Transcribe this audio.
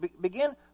Begin